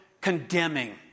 condemning